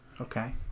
Okay